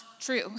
true